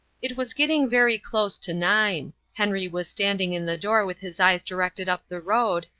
it was getting very close to nine. henry was standing in the door with his eyes directed up the road,